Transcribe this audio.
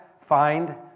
find